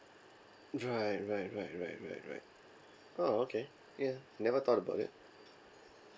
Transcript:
right right right right right right oh okay ya I never thought about it